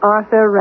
Arthur